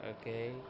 Okay